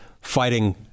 fighting